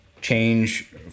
change